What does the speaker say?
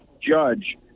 judge